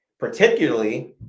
particularly